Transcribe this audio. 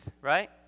right